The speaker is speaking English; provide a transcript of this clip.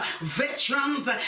veterans